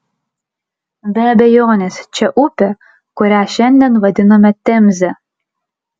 be abejonės čia upė kurią šiandien vadiname temze